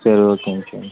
சரி ஓகேங்க சார்